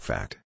Fact